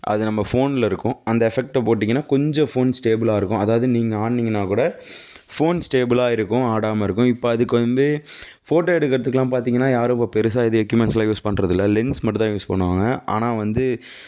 அது நம்ம ஃபோனில் இருக்கும் அந்த எஃபெக்ட்டை போட்டீங்ன்னா கொஞ்சம் போன் ஸ்டேபுலாக இருக்கும் அதாவது நீங்கள் ஆடுனீங்கனா கூட ஃபோன் ஸ்டேபுலாக இருக்கும் ஆடாமல் இருக்கும் இப்போ அதுக்கு வந்து போட்டோ எடுக்கிறத்துக்குலாம் பார்த்தீங்ன்னா யாரும் இப்போ பெருசாக ஏதும் எக்யூப்மெண்ட்ஸ்லாம் யூஸ் பண்றது இல்லை லென்ஸ் மட்டும் தான் யூஸ் பண்ணுவாங்க ஆனால் வந்து